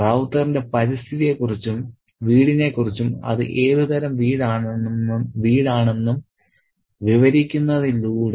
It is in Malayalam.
റൌത്തറിന്റെ പരിസ്ഥിതിയെക്കുറിച്ചും വീടിനെക്കുറിച്ചും അത് ഏതുതരം വീടാണെന്നും വിവരിക്കുന്നതിലൂടെ